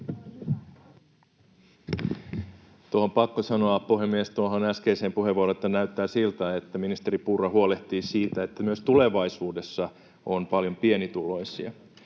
on pakko sanoa, puhemies, että näyttää siltä, että ministeri Purra huolehtii siitä, että myös tulevaisuudessa on paljon pienituloisia.